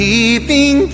Leaving